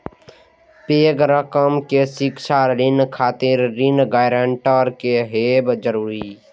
पैघ रकम के शिक्षा ऋण खातिर ऋण गारंटर के हैब जरूरी छै